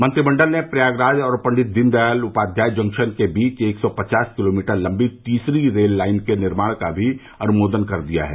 मंत्रिमंडल ने प्रयागराज और पंडित दीन दयाल उपाध्याय जंक्शन के बीच एक सौ पचास किलोमीटर लंबी तीसरी रेल लाइन के निर्माण का भी अनुमोदन कर दिया है